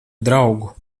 draugu